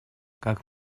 как